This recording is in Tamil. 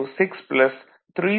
03 6